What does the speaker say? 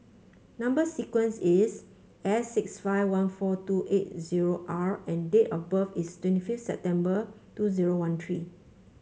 number sequence is S six five one four two eight zero R and date of birth is twenty fifth September two zero one three